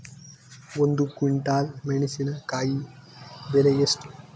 ಒಂದು ಕ್ವಿಂಟಾಲ್ ಮೆಣಸಿನಕಾಯಿ ಬೆಲೆ ಎಷ್ಟು?